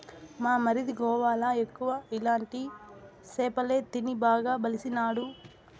మా మరిది గోవాల ఎక్కువ ఇలాంటి సేపలే తిని బాగా బలిసినాడు